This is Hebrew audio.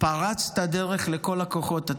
פרץ את הדרך לכל הכוחות.